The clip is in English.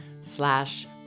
slash